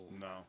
no